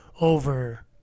over